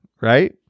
right